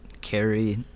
carry